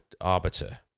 arbiter